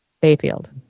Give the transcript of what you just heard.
Bayfield